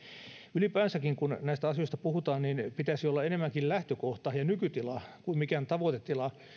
ylipäänsäkin kun näistä asioista puhutaan niin pitäisi olla enemmänkin lähtökohta ja ja nykytila kuin mikään tavoitetila